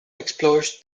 explores